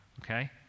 okay